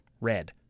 red